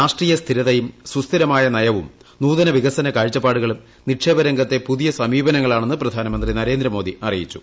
രാഷ്ട്രീയ സ്ഥിരതയുംസുസ്ഥിരമായ നയവും നൂതന വികസന കാഴ്ചപ്പാടുകളും നിക്ഷേപ രംഗത്തെ പുതിയസമീപനങ്ങളാണെന്ന് പ്രധാനമന്ത്രി നരേന്ദ്രമോദിഅറിയിച്ചു